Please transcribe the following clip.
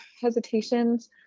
hesitations